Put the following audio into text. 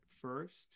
first